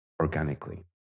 organically